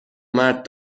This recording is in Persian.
مرد